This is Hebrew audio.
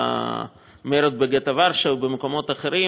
במרד בגטו ורשה ובמקומות אחרים,